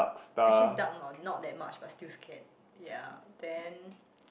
actually dark not that much but still scared ya then